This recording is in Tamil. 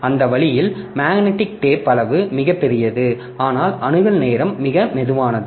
அந்த வழியில் மேக்னெட்டிக் டேப் அளவு மிகப்பெரியது ஆனால் அணுகல் நேரம் மிக மெதுவானது